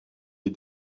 les